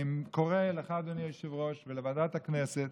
אני קורא לך, אדוני היושב-ראש, ולוועדת הכנסת: